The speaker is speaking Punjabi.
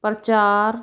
ਪ੍ਰਚਾਰ